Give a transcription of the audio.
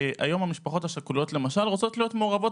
המשפחות השכולות רוצות להיות מעורבות